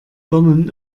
birnen